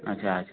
अच्छा अच्छा